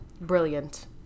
brilliant